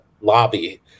lobby